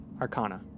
Arcana